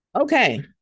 Okay